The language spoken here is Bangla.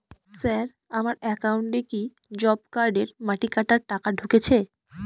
স্যার আমার একাউন্টে কি জব কার্ডের মাটি কাটার টাকা ঢুকেছে?